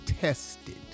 tested